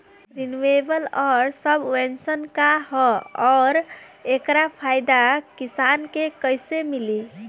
Renewable आउर subvention का ह आउर एकर फायदा किसान के कइसे मिली?